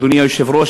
אדוני היושב-ראש,